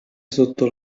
sotto